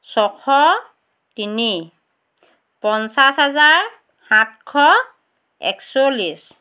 ছশ তিনি পঞ্চাছ হাজাৰ সাতশ একচল্লিছ